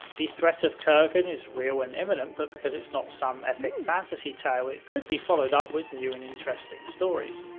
the threat of kerghan is real and imminent, but because it's not some epic fantasy tale it can be followed up with new and interesting stories.